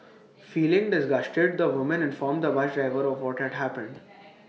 feeling disgusted the woman informed the bus driver of what had happened